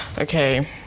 Okay